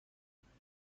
تصاویر